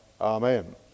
Amen